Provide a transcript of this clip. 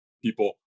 people